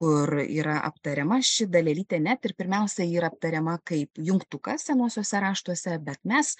kur yra aptariama ši dalelytė net ir pirmiausia yra aptariama kaip jungtukas senuosiuose raštuose bet mes